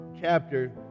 chapter